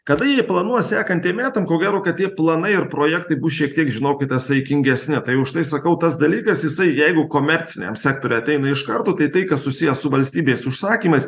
kada jie planuos sekantiem metam ko gero kad tie planai ir projektai bus šiek tiek žinokite saikingesni tai užtai sakau tas dalykas jisai jeigu komerciniam sektoriui ateina iš karto tai tai kas susiję su valstybės užsakymais